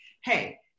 hey